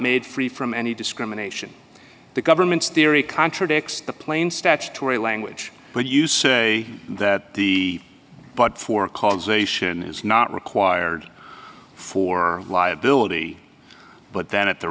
made free from any discrimination the government's theory contradicts the plain statutory language but you say that the but for causation is not required for liability but then at the